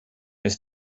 ist